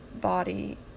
body